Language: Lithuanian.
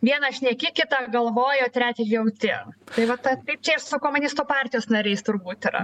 viena šneki kita galvoji o trečia jauti tai va ta taip čia ir su komunistų partijos nariais turbūt yra